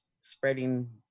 spreading